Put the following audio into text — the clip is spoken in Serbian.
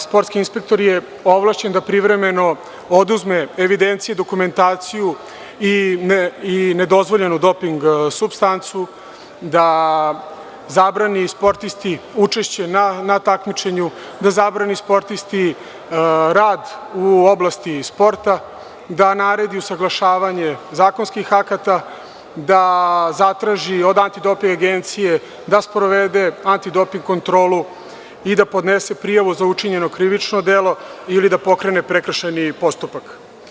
Sportski inspektor je ovlašćen da privremeno oduzme evidencije, dokumentaciju i nedozvoljenu doping supstancu, da zabrani sportisti učešće na takmičenju, da zabrani sportisti rad u oblasti sporta, da naredi usaglašavanje zakonskih akata, da zatraži od Antidoping agencije da sprovede antidoping kontrolu i da podnese prijavu za učinjeno krivično delo ili de pokrene prekršajni postupak.